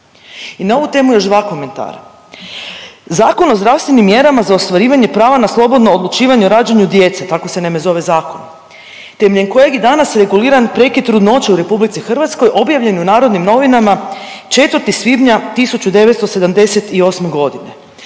I na ovu temu još dva komentara. Zakon o zdravstvenim mjerama za ostvarivanje prava na slobodno odlučivanje o rađanju djece, tako se naime zove zakon temeljem kojeg je danas reguliran prekid trudnoće u RH objavljen je u Narodnim novinama 4. svibnja 1978. godine.